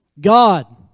God